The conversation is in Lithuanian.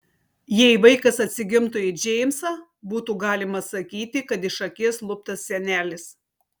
jei vaikas atsigimtų į džeimsą būtų galima sakyti kad iš akies luptas senelis